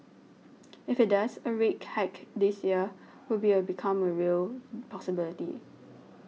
if it does a rake hike this year will be a become a real possibility